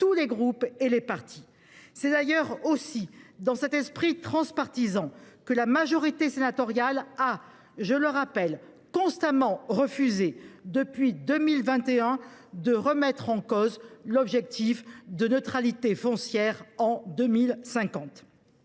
tous les groupes politiques. C’est aussi dans cet esprit transpartisan que la majorité sénatoriale a constamment refusé depuis 2021 de remettre en cause l’objectif de neutralité foncière en 2050.